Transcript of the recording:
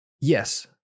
yes